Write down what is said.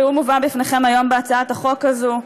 והוא מובא בפניכם היום בהצעת החוק הזאת,